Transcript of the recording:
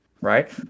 right